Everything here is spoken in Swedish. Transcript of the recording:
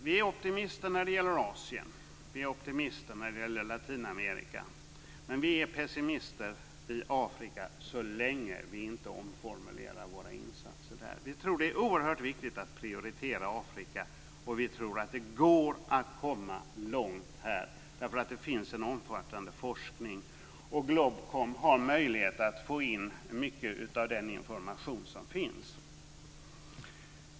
Vi är optimister när det gäller Asien, och vi är optimister när det gäller Latinamerika. Men vi är pessimister när det gäller Afrika så länge vi inte omformulerar våra insatser där. Jag tror att det är oerhört viktigt att prioritera Afrika. Vi tror att det går att komma långt här, därför att det finns en omfattande forskning och GLOBKOM har möjlighet att få in mycket av den information som finns.